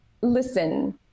listen